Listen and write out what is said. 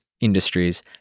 industries